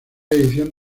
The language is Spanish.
edición